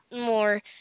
more